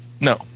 No